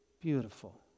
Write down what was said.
beautiful